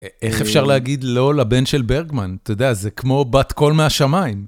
איך אפשר להגיד לא לבן של ברגמן? אתה יודע, זה כמו בת קול מהשמיים.